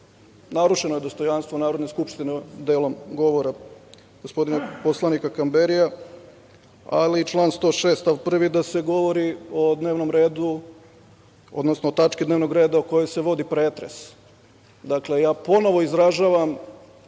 narušeno je dostojanstvo Narodne skupštine delom govora gospodina poslanika Kambrija, ali i član 106. stav 1. - da se govori o dnevnom redu, odnosno tački dnevnog reda o kojoj se vodi pretres. Dakle, ja ponovo izražavam